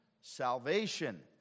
salvation